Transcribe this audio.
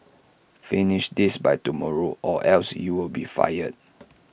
finish this by tomorrow or else you'll be fired